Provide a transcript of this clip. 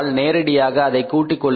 நேரடியாக அதை கூட்டிக் கொள்ளுங்கள்